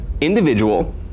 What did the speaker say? individual